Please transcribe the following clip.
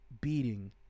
beating